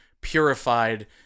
purified